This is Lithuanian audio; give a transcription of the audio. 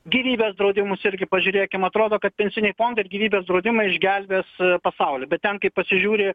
gyvybės draudimus irgi pažiūrėkim atrodo kad pensiniai fondai ir gyvybės draudimai išgelbės pasaulį bet ten kai pasižiūri